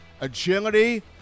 agility